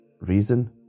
Reason